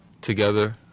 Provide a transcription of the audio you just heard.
together